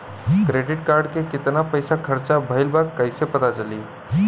Credit card के कितना पइसा खर्चा भईल बा कैसे पता चली?